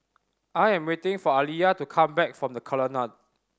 I am waiting for Aliya to come back from The Colonnade